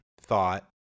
thought